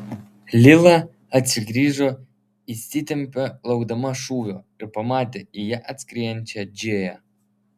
lila atsigrįžo įsitempė laukdama šūvio ir pamatė į ją atskriejančią džėją